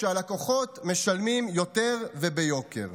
והלקוחות משלמים יותר וביוקר.